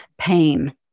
pain